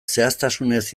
zehaztasunez